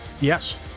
Yes